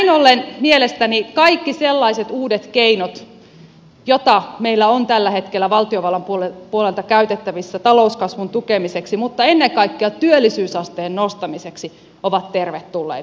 näin ollen mielestäni kaikki sellaiset uudet keinot joita meillä on tällä hetkellä valtiovallan puolelta käytettävissä talouskasvun tukemiseksi mutta ennen kaikkea työllisyysasteen nostamiseksi ovat tervetulleita